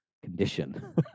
condition